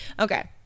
Okay